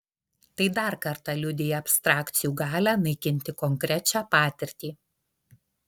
tai dar kartą liudija abstrakcijų galią naikinti konkrečią patirtį